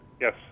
Yes